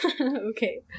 Okay